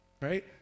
right